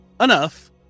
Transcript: Enough